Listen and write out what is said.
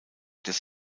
des